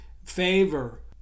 Favor